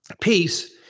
Peace